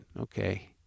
okay